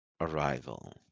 arrival